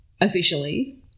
officially